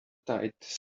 tight